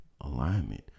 alignment